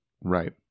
Right